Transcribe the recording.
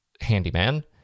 handyman